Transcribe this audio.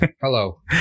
hello